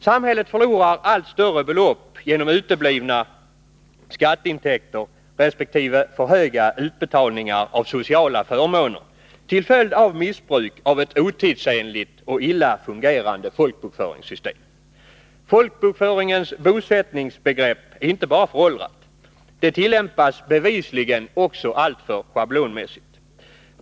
Samhället förlorar allt större belopp genom uteblivna skatteintäkter resp. för höga utbetalningar av sociala förmåner, till följd av missbruk av ett otidsenligt och illa fungerande folkbokföringssystem. Folkbokföringens bosättningsbegrepp är inte bara föråldrat. Det tillämpas bevisligen också alltför schablonmässigt.